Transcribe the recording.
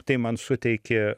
tai man suteikė